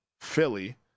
philly